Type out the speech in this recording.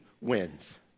wins